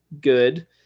good